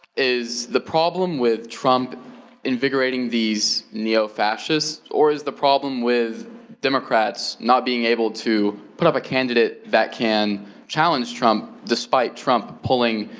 is the problem with trump invigorating these neo-fascists or is the problem with democrats not being able to put up a candidate that can challenge trump despite trump pulling